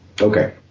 okay